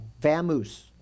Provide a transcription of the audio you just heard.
Vamoose